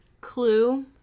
Clue